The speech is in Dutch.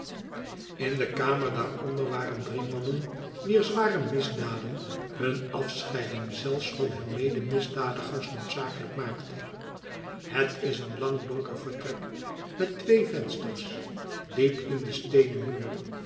in de kamer daaronder waren drie mannen wier zware misdaden hun afscheiding zelfs van hun medemisdadigers noodzakelijk maakte het is een lang donker vertrek met twee vensters diep in den steenen muur